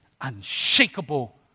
unshakable